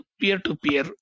peer-to-peer